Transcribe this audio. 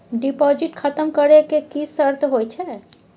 Deposit खतम करे के की सर्त होय छै?